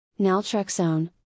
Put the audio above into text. Naltrexone